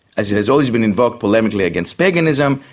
as it has always been invoked polemically against paganism,